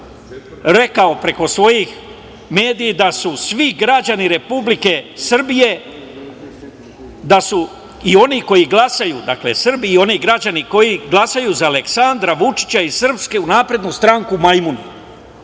rekao preko svojih medija da su svi građani Republike Srbije, da su i oni koji glasaju, dakle, Srbi i oni građani koji glasaju za Aleksandra Vučića i SNS majmuni.